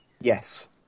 Yes